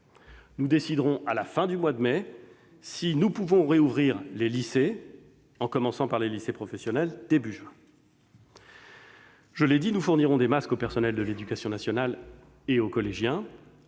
Nous déciderons à la fin du mois de mai si nous pouvons rouvrir les lycées, en commençant par les lycées professionnels début juin. Comme je l'ai également déjà dit, nous fournirons des masques aux personnels de l'éducation nationale et aux collégiens.